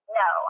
no